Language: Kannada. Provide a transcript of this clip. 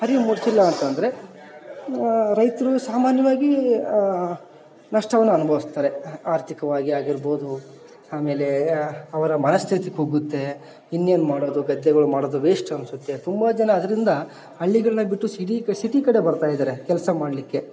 ಅರಿವು ಮೂಡಿಸಿಲ್ಲ ಅಂತಂದರೆ ರೈತರು ಸಾಮಾನ್ಯವಾಗಿ ನಷ್ಟವನ್ನು ಅನ್ಬವಿಸ್ತಾರೆ ಆರ್ಥಿಕವಾಗಿ ಆಗಿರ್ಬೋದು ಆಮೇಲೆ ಅವರ ಮನಸ್ಥಿತಿ ಕುಗ್ಗುತ್ತೆ ಇನ್ನೇನು ಮಾಡೋದು ಗದ್ದೆಗಳು ಮಾಡೋದು ವೇಸ್ಟ್ ಅನಿಸುತ್ತೆ ತುಂಬ ಜನ ಅದ್ರಿಂದ ಹಳ್ಳಿಗಳ್ನ ಬಿಟ್ಟು ಸಿಡೀಕ ಸಿಟಿ ಕಡೆ ಬರ್ತಾ ಇದಾರೆ ಕೆಲಸ ಮಾಡಲಿಕ್ಕೆ